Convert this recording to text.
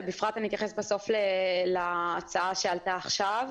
ובפרט אתייחס בסוף להצעה שעלתה עכשיו,